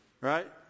Right